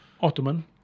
Ottoman